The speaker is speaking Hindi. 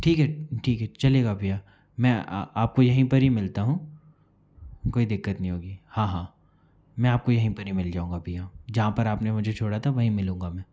ठीक है ठीक है चलेगा भैया मैं आपको यहीं पर ही मिलता हूँ कोई दिक्कत नहीं होगी हाँ हाँ मैं आपको यहीं पर ही मिल जाऊँगा भैया जहाँ पर आपने मुझे छोड़ा था वहीं मिलूँगा मैं